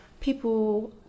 people